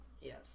Yes